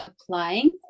applying